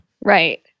Right